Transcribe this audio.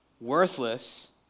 worthless